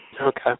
Okay